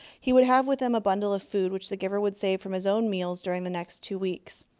he would have with him a bundle of food which the giver would save from his own meals during the next two weeks.